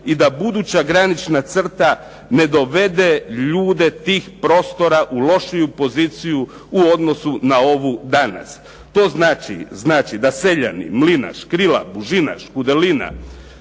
i da buduća granična crta ne dovede ljude tih prostora u lošiju poziciju u odnosu na ovu danas. To znači da seljani Mlina, Škrila, Bužina, Škudelina